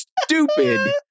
stupid